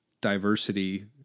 diversity